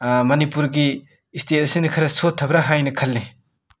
ꯃꯅꯤꯄꯨꯔꯒꯤ ꯁ꯭ꯇꯦꯠꯁꯤꯅ ꯈꯔ ꯁꯣꯠꯊꯕ꯭ꯔ ꯍꯥꯏꯅ ꯈꯜꯂꯦ